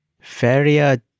Feria